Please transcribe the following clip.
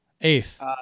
Eighth